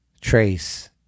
Trace